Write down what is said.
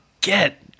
get